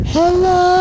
Hello